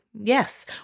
Yes